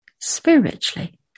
spiritually